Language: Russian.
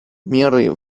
мерой